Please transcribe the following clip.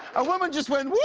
a woman just went, whoo!